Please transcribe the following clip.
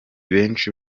benshi